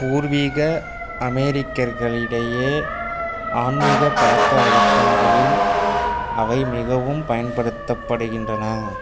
பூர்வீக அமெரிக்கர்களிடையே ஆன்மீக பழக்கவலக்கங்களில் அவை மிகவும் பயன்படுத்தப்படுகின்றன